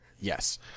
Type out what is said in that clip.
Yes